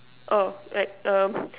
oh like um